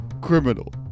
criminal